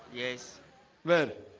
yes well